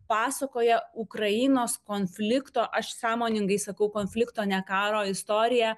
pasakoja ukrainos konflikto aš sąmoningai sakau konflikto ne karo istoriją